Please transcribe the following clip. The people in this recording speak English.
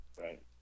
Right